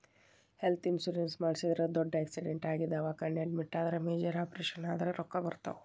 health insurance ಮಾಡಿಸಿದ್ರ ದೊಡ್ಡ್ accident ಆಗಿ ದವಾಖಾನಿ ಅಡ್ಮಿಟ್ ಆದ್ರ ಮೇಜರ್ ಆಪರೇಷನ್ ಆದ್ರ ರೊಕ್ಕಾ ಬರ್ತಾವ